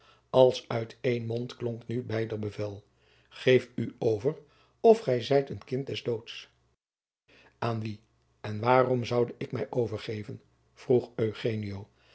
als uit een mond klonk nu beider bevel geef u over of gij zijt een kind des doods aan wie en waarom zoude ik mij overgeven vroeg